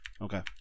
Okay